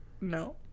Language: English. No